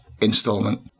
installment